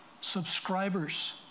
subscribers